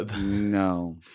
No